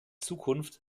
zukunft